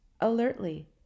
alertly